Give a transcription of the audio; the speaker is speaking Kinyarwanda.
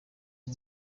uha